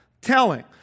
telling